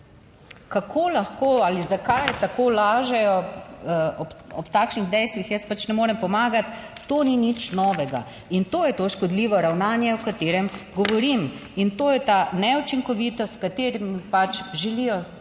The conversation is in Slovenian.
Kako lahko ali zakaj tako lažejo ob takšnih dejstvih? Jaz pač ne morem pomagati. To ni nič novega in to je to škodljivo ravnanje o katerem govorim. In to je ta neučinkovitost, s katerim pač želijo